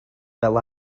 fel